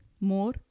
more